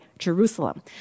Jerusalem